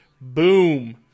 Boom